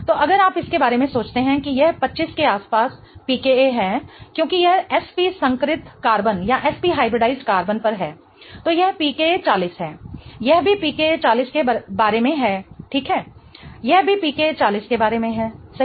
तो अगर आप इसके बारे में सोचते हैं कि यह 25 के आसपास pKa है क्योंकि यह sp संकरित कार्बन पर है तो यह pKa 40 है यह भी pKa 40 के बारे में है ठीक यह भी pKa 40 के बारे में है सही